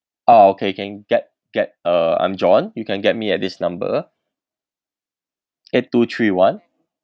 ah okay can get get uh I'm john you can get me at this number eight two three one